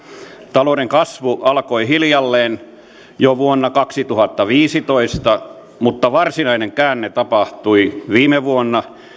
talouden kasvu alkoi hiljalleen jo vuonna kaksituhattaviisitoista mutta varsinainen käänne tapahtui viime vuonna